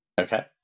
Okay